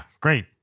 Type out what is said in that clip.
Great